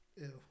Ew